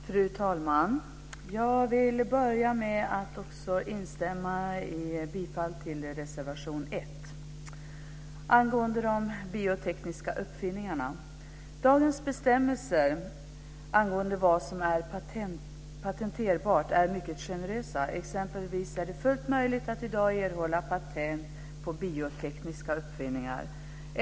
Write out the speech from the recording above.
Fru talman! Jag vill börja med att instämma i yrkandet om bifall till reservation 1 om de biotekniska uppfinningarna. Dagens bestämmelser om vad som är patenterbart är mycket generösa. Det är t.ex. fullt möjligt att i dag erhålla patent på biotekniska uppfinningar.